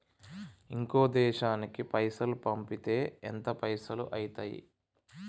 ఇంకో దేశానికి పైసల్ పంపితే ఎంత పైసలు అయితయి?